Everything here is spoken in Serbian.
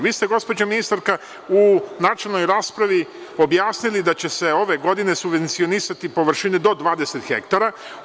Vi ste gospođo ministarka u načelnoj raspravi objasnili da će se ove godine subvencionisati površine do 20 hektara.